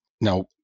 Now